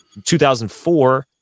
2004